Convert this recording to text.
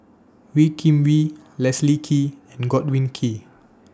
Wee Kim Wee Leslie Kee and Godwin Koay